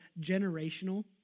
generational